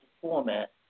format